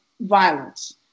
violence